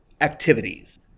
activities